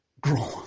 Grow